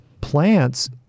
plants